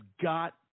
got